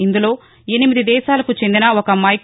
ఇందులో ఎనిమిది దేశాలకు చెందిన ఒక మైకో